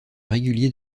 régulier